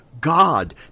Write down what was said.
God